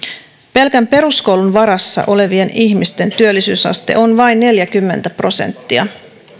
pelkän peruskoulun varassa olevien ihmisten työllisyysaste on vain neljäkymmentä prosenttia